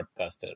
podcaster